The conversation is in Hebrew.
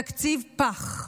תקציב פח.